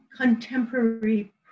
contemporary